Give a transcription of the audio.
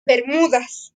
bermudas